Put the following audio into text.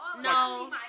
No